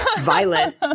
violent